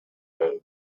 books